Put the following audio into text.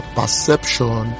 perception